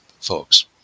folks